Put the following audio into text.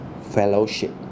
fellowship